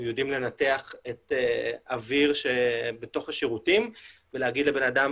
יודעים לנתח את האוויר שבתוך השירותים ולהגיד לבנאדם